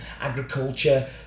agriculture